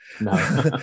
No